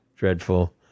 Dreadful